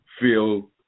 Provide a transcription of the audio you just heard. feel